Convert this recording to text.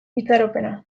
itxaropena